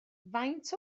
faint